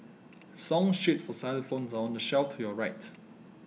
song sheets for xylophones are on the shelf to your right